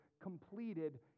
Completed